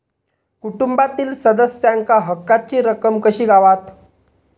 कुटुंबातील सदस्यांका हक्काची रक्कम कशी गावात?